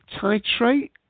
titrate